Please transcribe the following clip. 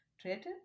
treated